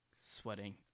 sweating